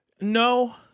No